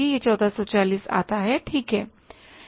यह 1440 आता है ठीक है